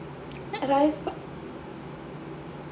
rice